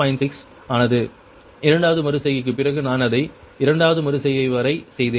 6 ஆனது இரண்டாவது மறு செய்கைக்குப் பிறகு நான் அதை இரண்டாவது மறு செய்கை வரை செய்தேன்